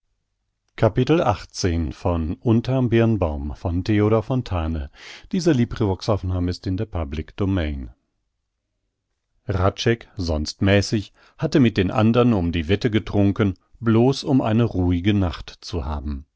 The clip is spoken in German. hradscheck sonst mäßig hatte mit den andern um die wette getrunken blos um eine ruhige nacht zu haben